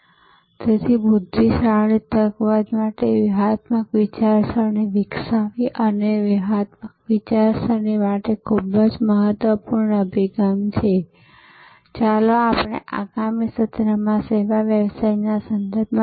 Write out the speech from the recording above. અને આગળની સ્લાઈડમાં હું ઈચ્છું છું કે તમે સેવા વ્યવસ્થાપન નિષ્ણાત તરીકે ભલામણ કરો કે તમારા અભિપ્રાયમાં શું હશે મુખ્ય પહેલ શું હોવી જોઈએ ડબ્બાવાલાએ શું લેવું જોઈએ તેઓએ પોતાને ભવિષ્ય માટે કેવી રીતે તૈયાર કરવી જોઈએ તેઓ કેવી રીતે કરશે